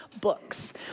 books